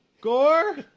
Gore